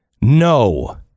No